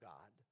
God